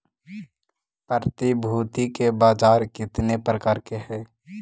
प्रतिभूति के बाजार केतने प्रकार के हइ?